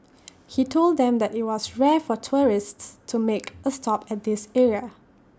he told them that IT was rare for tourists to make A stop at this area